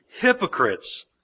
hypocrites